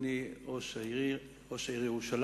אדוני ראש העיר ירושלים,